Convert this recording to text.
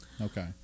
Okay